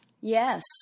Yes